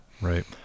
Right